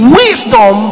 wisdom